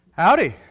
Howdy